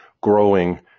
growing